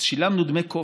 אז שילמנו דמי כופר,